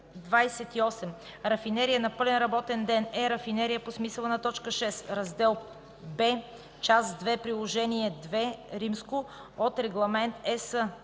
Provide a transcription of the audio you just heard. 28. „Рафинерия на пълен работен ден” е рафинерия по смисъла на т. 6, Раздел Б, част 2, Приложение II от Регламент